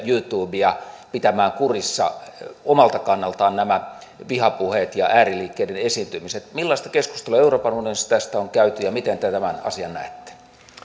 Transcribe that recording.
youtubea pitämään kurissa omalta kannaltaan nämä vihapuheet ja ääriliikkeiden esiintymiset millaista keskustelua euroopan unionissa tästä on käyty ja miten te tämän asian näette